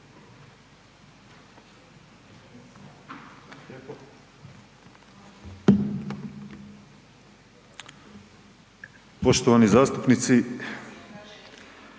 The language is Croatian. poštovani zastupnik